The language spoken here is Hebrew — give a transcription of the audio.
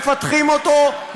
מפתחים אותו,